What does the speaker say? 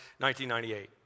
1998